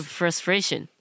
frustration